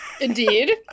Indeed